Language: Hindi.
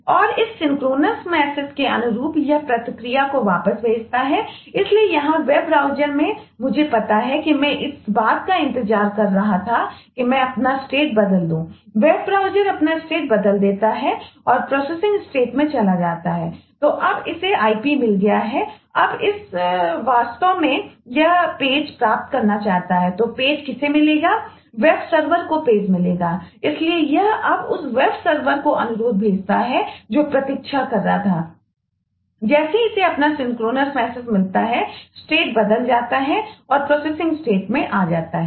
और इस सिंक्रोनस मैसेज में आ जाता है